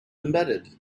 embedded